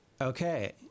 Okay